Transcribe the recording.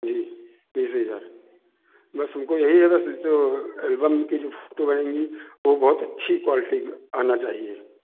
जी जी जी सर बस हमको यही है बस जो एलबम की जो फोटो लगेगी वो बहुत अच्छी क्वालिटी आना चाहिए